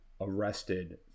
arrested